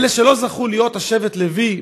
אלה שלא זכו להיות שבט לוי,